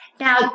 Now